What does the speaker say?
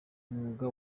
umwuga